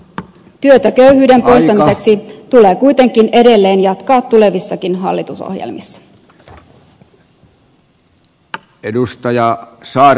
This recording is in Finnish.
työtä köyhyyden poistamiseksi tulee kuitenkin edelleen jatkaa tulevissakin hallitusohjelmissa